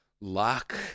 luck